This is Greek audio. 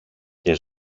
και